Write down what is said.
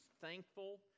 thankful